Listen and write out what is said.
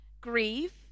grieve